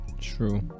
true